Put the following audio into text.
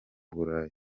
burayi